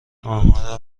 آنها